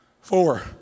Four